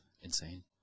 insane